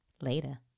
Later